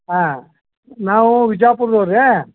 ಆಂ ನಾವು ವಿಜಾಪುರದವ್ರೆ